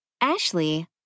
Ashley